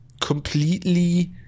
completely